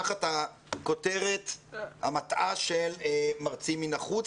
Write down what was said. תחת הכותרת המטעה של "מרצים מן החוץ",